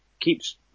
keeps